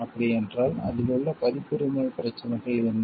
அப்படியென்றால் அதில் உள்ள பதிப்புரிமை பிரச்சனைகள் என்ன